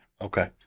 Okay